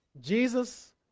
Jesus